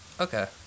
Okay